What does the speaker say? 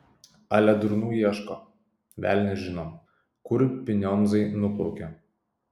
ale durnų ieško velnias žino kur pinionzai nuplaukė